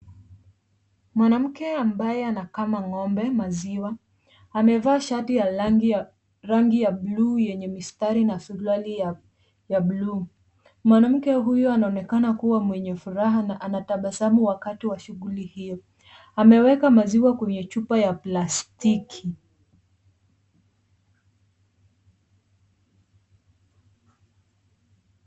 Mwanamke ambaye anakama ng'ombe maziwa amevaa shati ya rangi ya buluu yenye mistari na suruali ya buluu. Mwanamke huyu anaonekana kuwa mwenye furaha na anatabasamu wakati wa shughuli hiyo. Ameweka maziwa kwenye chupa ya plastiki.